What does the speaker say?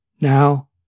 Now